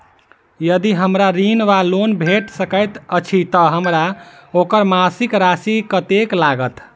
यदि हमरा ऋण वा लोन भेट सकैत अछि तऽ हमरा ओकर मासिक राशि कत्तेक लागत?